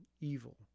evil